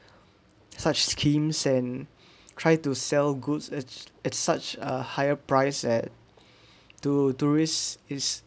such schemes and try to sell goods as it such a higher price at to tourists is